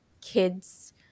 kids